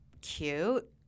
Cute